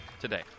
today